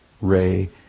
ray